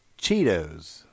Cheetos